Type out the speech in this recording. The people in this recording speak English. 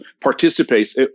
participates